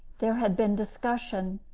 there had been discussion,